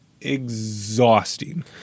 exhausting